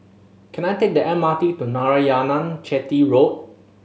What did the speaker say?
can I take the M R T to Narayanan Chetty Road